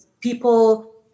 people